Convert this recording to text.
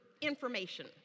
information